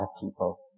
people